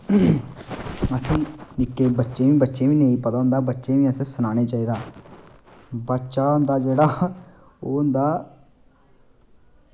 बच्चें ई नेईं पता होंदा बच्चें ई असें सनाना चाहिदा बच्चा होंदा जेह्ड़ा ओह् होंदा